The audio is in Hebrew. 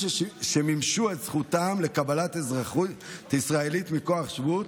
שמימשו את זכותם לקבלת אזרחות ישראלית מכוח שבות,